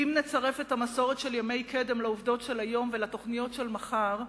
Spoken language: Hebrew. ואם נצרף את המסורת של ימי קדם לעובדות של היום ולתוכניות של מחר,